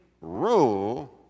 rule